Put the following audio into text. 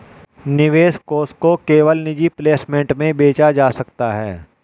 निवेश कोष को केवल निजी प्लेसमेंट में बेचा जा सकता है